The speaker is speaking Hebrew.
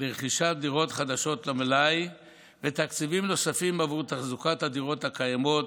לרכישת דירות חדשות למלאי ובתקציבים נוספים עבור תחזוקת הדירות הקיימות,